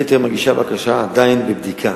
יתר מגישי הבקשות עדיין בבדיקה.